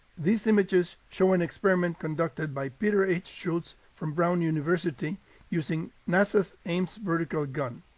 these images show an experiment conducted by peter h. schultz from brown university using nasa's ames vertical gun.